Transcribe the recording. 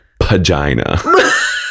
pagina